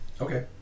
Okay